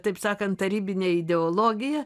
taip sakant tarybinę ideologiją